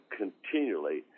continually